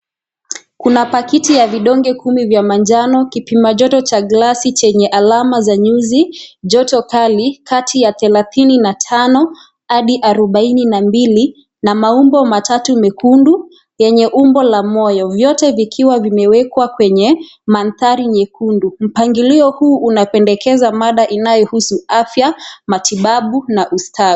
Kuna pakiti ya vidonge kumi vya majano, kipima joto cha glasi chenye alama za nyuzi, joto kali kati ya thelathini na tano adi arubaini na mbili, na maumbo matatu mekundu, yenye umbo la moyo. Vyote vikiwa vimewekwa kwenye manthari nyekundu. Mpangilio huu unapendekeza mada inayo inahusu afya, matibabu na ustawi.